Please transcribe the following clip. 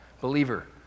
Believer